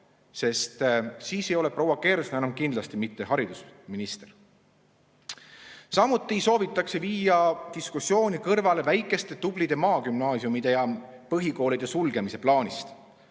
sest siis ei ole proua Kersna enam kindlasti mitte haridusminister. Samuti soovitakse viia diskussiooni kõrvale väikeste tublide maagümnaasiumide ja ‑põhikoolide sulgemise plaanist.